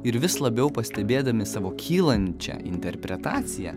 ir vis labiau pastebėdami savo kylančią interpretaciją